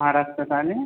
हा रस्ता झाले